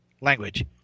language